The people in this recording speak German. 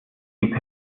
sieb